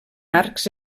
arcs